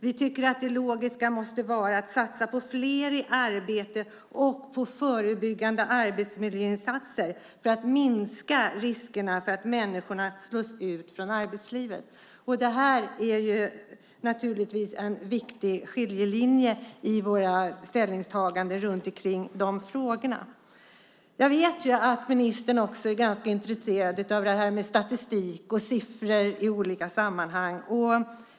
Vi tycker att det logiska borde vara att satsa på fler i arbete och på förebyggande arbetsmiljöinsatser för att minska risken att människor slås ut från arbetslivet. Det är naturligtvis en viktig skiljelinje i våra ställningstaganden kring de här frågorna. Jag vet att arbetsmarknadsministern är intresserad av det här med statistik och siffror i olika sammanhang.